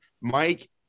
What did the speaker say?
Mike